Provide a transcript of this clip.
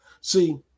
See